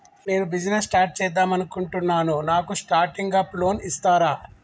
నేను business start చేద్దామనుకుంటున్నాను నాకు స్టార్టింగ్ అప్ లోన్ ఇస్తారా?